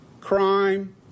crime